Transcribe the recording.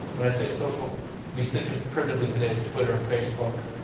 when i say social we think of it primitively today as twitter, facebook,